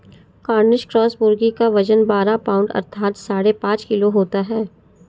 Cornish cross मुर्गी का वजन बारह पाउण्ड अर्थात साढ़े पाँच किलो होता है